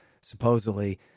Supposedly